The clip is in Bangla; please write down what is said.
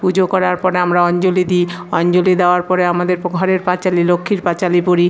পুজো করার পরে আমরা অঞ্জলি দিই অঞ্জলি দেওয়ার পরে আমাদের প ঘরের পাঁচালী লক্ষ্মীর পাঁচালী পড়ি